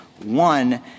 One